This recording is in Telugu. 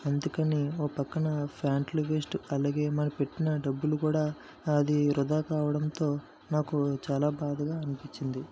అందుకని ఓ పక్కన ప్యాంట్లు వేస్ట్ అలాగే మనం పెట్టిన డబ్బులు కూడా అది వృధా కావడంతో నాకు చాలా బాధగా అనిపించింది